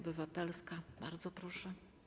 Bardzo proszę.